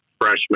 freshman